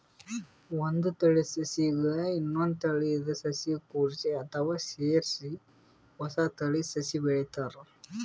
ಒಂದ್ ತಳೀದ ಸಸಿಗ್ ಇನ್ನೊಂದ್ ತಳೀದ ಸಸಿ ಕೂಡ್ಸಿ ಅಥವಾ ಸೇರಿಸಿ ಹೊಸ ತಳೀದ ಸಸಿ ಬೆಳಿತಾರ್